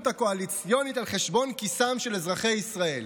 הקואליציונית על חשבון כיסם של אזרחי ישראל.